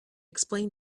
explain